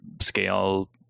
scale